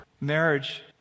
marriage